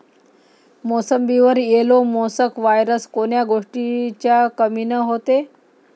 मोसंबीवर yellow mosaic virus कोन्या गोष्टीच्या कमीनं होते?